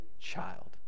child